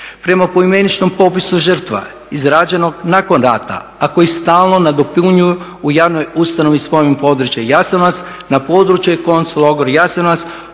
Prema poimeničnom popisu žrtva izrađenog nakon rata, a koji stalno nadopunjuju u javnoj ustanovi spomen područje Jasenovac na područje konc logor Jasenovac